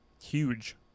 huge